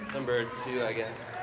number two, i guess.